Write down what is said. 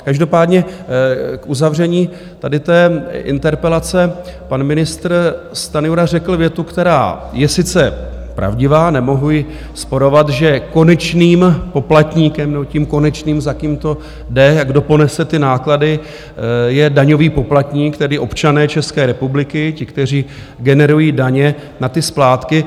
Každopádně k uzavření tady té interpelace pan ministr Stanjura řekl větu, která je sice pravdivá, nemohu ji rozporovat, že konečným poplatníkem nebo tím konečným, za kým to jde, kdo ponese ty náklady, je daňový poplatník, tedy občané České republiky, ti, kteří generují daně na ty splátky.